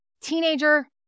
teenager